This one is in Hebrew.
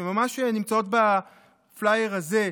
שנמצאות ממש בפלייר הזה,